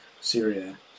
Syria